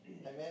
amen